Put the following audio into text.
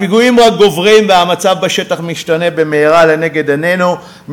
הפיגועים רק גוברים והמצב בשטח משתנה במהרה לנגד עינינו,